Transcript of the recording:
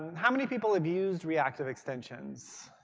how many people have used reactive extensions,